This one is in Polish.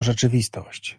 rzeczywistość